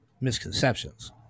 Misconceptions